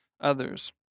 others